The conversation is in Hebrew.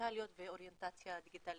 דיגיטליות ואוריינטציה דיגיטלית,